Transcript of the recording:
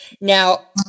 Now